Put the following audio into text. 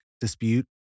dispute